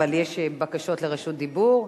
אבל יש בקשות לרשות דיבור.